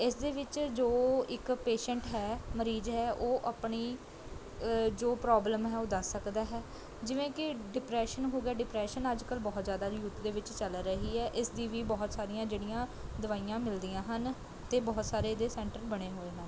ਇਸ ਦੇ ਵਿੱਚ ਜੋ ਇੱਕ ਪੇਸ਼ੈਂਟ ਹੈ ਮਰੀਜ਼ ਹੈ ਉਹ ਆਪਣੀ ਜੋ ਪ੍ਰੋਬਲਮ ਹੈ ਉਹ ਦੱਸ ਸਕਦਾ ਹੈ ਜਿਵੇਂ ਕਿ ਡਿਪਰੈਸ਼ਨ ਹੋ ਗਿਆ ਡਿਪਰੈਸ਼ਨ ਅੱਜ ਕੱਲ੍ਹ ਬਹੁਤ ਜ਼ਿਆਦਾ ਯੂਥ ਦੇ ਵਿੱਚ ਚੱਲ ਰਹੀ ਹੈ ਇਸ ਦੀ ਵੀ ਬਹੁਤ ਸਾਰੀਆਂ ਜਿਹੜੀਆਂ ਦਵਾਈਆਂ ਮਿਲਦੀਆਂ ਹਨ ਅਤੇ ਬਹੁਤ ਸਾਰੇ ਇਹਦੇ ਸੈਂਟਰ ਬਣੇ ਹੋਏ ਹਨ